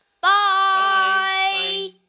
bye